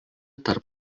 tarp